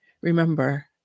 remember